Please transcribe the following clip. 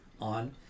on